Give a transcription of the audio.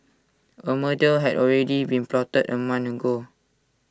A murder had already been plotted A month ago